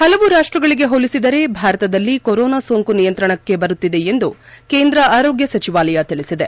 ಹಲವು ರಾಷ್ಟ್ಮಗಳಿಗೆ ಹೋಲಿಸಿದರೆ ಭಾರತದಲ್ಲಿ ಕೊರೋನಾ ಸೋಂಕು ನಿಯಂತ್ರಣಕ್ಕೆ ಬರುತ್ತಿದೆ ಎಂದು ಕೇಂದ್ರ ಆರೋಗ್ಯ ಸಚಿವಾಲಯ ತಿಳಿಸಿದೆ